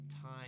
time